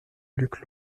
luc